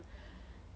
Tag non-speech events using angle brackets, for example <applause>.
<breath>